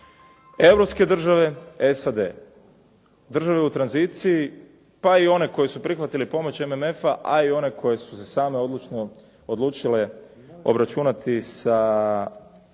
Europske države, SAD, države u tranziciji, pa i one koje su prihvatile pomoć MMF-a, a i one koje su se same odlučno odlučile obračunati,